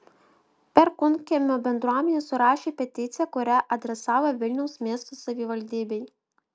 perkūnkiemio bendruomenė surašė peticiją kurią adresavo vilniaus miesto savivaldybei